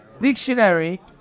dictionary